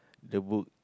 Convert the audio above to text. the book